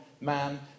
man